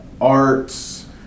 arts